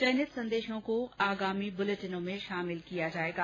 चयनित संदेशों को आगामी बुलेटिनों में शामिल किया जाएगा